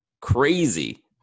crazy